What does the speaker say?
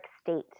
state